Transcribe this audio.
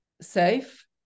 safe